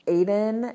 Aiden